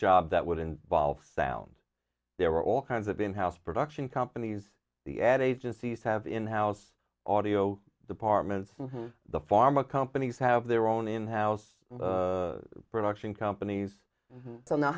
job that would involve sound there are all kinds of in house production companies the ad agencies have in house audio departments the pharma companies have their own in house production companies so now